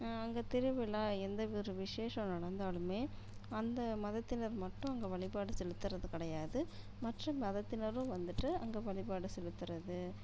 அங்கே திருவிழா எந்த ஒரு விசேஷம் நடந்தாலுமே அந்த மதத்தினர் மட்டும் அங்கே வழிப்பாடு செலுத்துறது கிடையாது மற்ற மதத்தினரும் வந்துவிட்டு அங்கே வழிபாடு செலுத்துறது